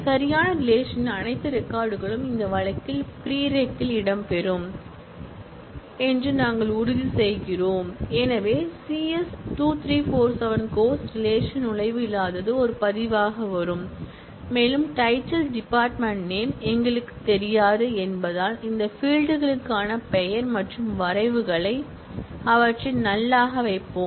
இப்போது சரியான ரிலேஷன்ன் அனைத்து ரெக்கார்ட் களும் இந்த வழக்கில் ப்ரீரேக் ரிலேஷன் இடம்பெறும் என்பதை நாங்கள் உறுதிசெய்கிறோம் எனவே சிஎஸ் 2347 கோர்ஸ் ரிலேஷன்ல் நுழைவு இல்லாதது ஒரு பதிவாகவும் வரும் மேலும் டைட்டில் டிபார்ட்மென்ட் நேம் எங்களுக்குத் தெரியாது என்பதால் இந்த ஃபீல்ட் களுக்கான பெயர் மற்றும் வரவுகளை அவற்றை நல் ஆக வைப்போம்